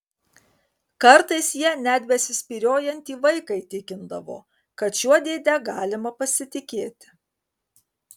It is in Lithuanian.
kartais ja net besispyriojantį vaiką įtikindavo kad šiuo dėde galima pasitikėti